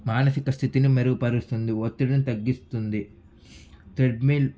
మానసిక స్థితిని మెరుగుపరుస్తుంది ఒత్తిడిని తగ్గిస్తుంది ట్రెడ్మిల్